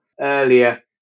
earlier